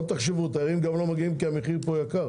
שלא תחשבו, תיירים גם לא מגיעים כי המחיר פה יקר.